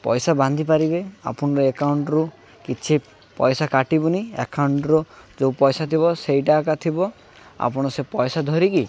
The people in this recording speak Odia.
ପଇସା ବାନ୍ଧି ପାରିବେ ଆପଣର ଏକାଉଣ୍ଟ୍ରୁ କିଛି ପଇସା କାଟିବୁନି ଏକାଉଣ୍ଟ୍ରୁ ଯେଉଁ ପଇସା ଥିବ ସେଇଟା ଏକା ଥିବ ଆପଣ ସେ ପଇସା ଧରିକି